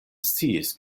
sciis